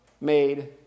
made